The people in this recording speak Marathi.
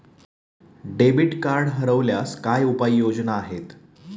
डेबिट कार्ड हरवल्यास काय उपाय योजना आहेत?